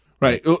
Right